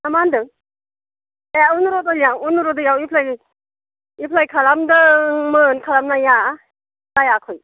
मा मा होनदों ए अनुरदया अनुरदया एफ्लाय एफ्लाय खालामदोंमोन खालामनाया जायाखै